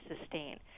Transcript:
sustain